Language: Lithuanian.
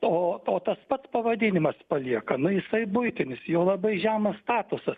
o o tas pats pavadinimas palieka nu jisai buitinis jo labai žemas statusas